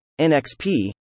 NXP